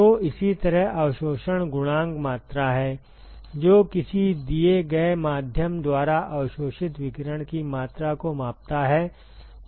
तो इसी तरह अवशोषण गुणांक मात्रा है जो किसी दिए गए माध्यम द्वारा अवशोषित विकिरण की मात्रा को मापता है